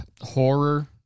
horror